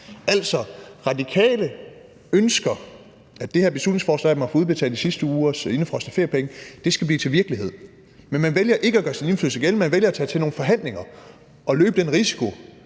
Altså, Radikale ønsker, at det her beslutningsforslag om at få udbetalt de sidste ugers indefrosne feriepenge skal blive til virkelighed, men man vælger ikke at gøre sin indflydelse gældende. Man vælger at tage til nogle forhandlinger og løbe den risiko,